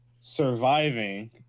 surviving